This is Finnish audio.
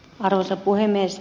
arvoisa puhemies